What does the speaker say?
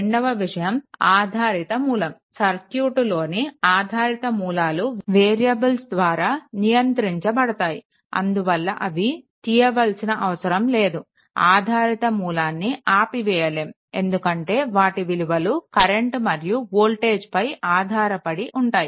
రెండవ విషయం ఆధారిత మూలం సర్క్యూట్ లోని ఆధారిత మూలాలు వేరియబుల్స్ ద్వారా నియంత్రించబడతాయి అందువల్ల అవి తీయవలసిన అవసరం లేదు ఆధారిత మూలాన్ని ఆపివేయలేము ఎందుకంటే వాటి విలువలు కరెంట్ మరియు వోల్టేజ్లపై ఆధారపడి ఉంటాయి